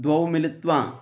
द्वौ मिलित्वा